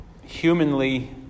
humanly